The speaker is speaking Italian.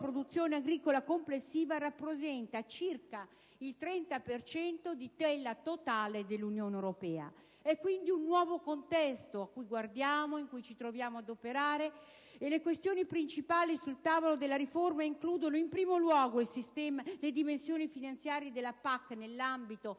produzione agricola complessiva rappresenta circa il 30 per cento di quella totale della UE. È quindi un nuovo contesto quello a cui guardiamo, in cui ci troviamo ad operare e le questioni principali sul tavolo della riforma includono, in primo luogo, le dimensioni finanziarie della PAC nell'ambito